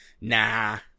nah